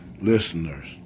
listeners